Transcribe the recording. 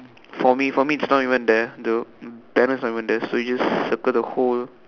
for me for me's not even there bro banner's not even there so I just circle the whole